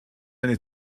eine